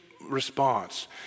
response